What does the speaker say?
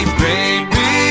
baby